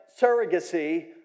surrogacy